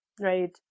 right